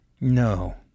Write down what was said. no